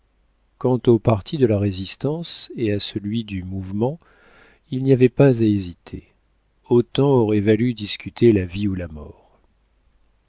quant au parti de la résistance et à celui du mouvement il n'y avait pas à hésiter autant aurait valu discuter la vie ou la mort